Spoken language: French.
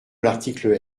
l’article